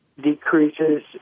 decreases